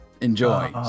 enjoy